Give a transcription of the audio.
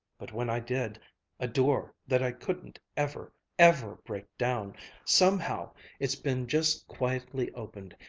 but when i did a door that i couldn't ever, ever break down somehow it's been just quietly opened,